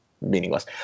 meaningless